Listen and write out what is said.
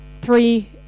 three